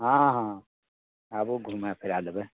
हँ हँ आबु घुमा फिरा देबै